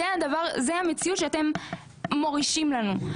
זו המציאות שאתם מורישים לנו.